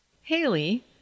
Haley